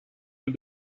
del